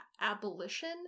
abolition